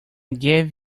gave